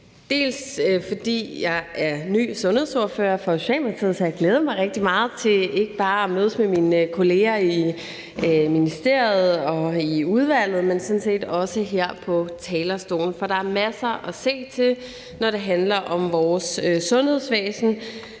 fordi jeg er ny sundhedsordfører for Socialdemokratiet, så jeg har glædet mig rigtig meget til ikke bare at mødes med mine kolleger i ministeriet og i udvalget, men sådan set også her på talerstolen, for der er masser at se til, når det handler om vores sundhedsvæsen,